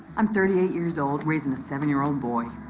i'm thirty eight years old raising a seven year old boy.